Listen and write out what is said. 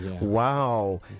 Wow